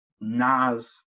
Nas